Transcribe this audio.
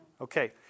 Okay